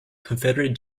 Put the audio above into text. confederate